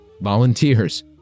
volunteers